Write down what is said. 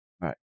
right